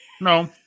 No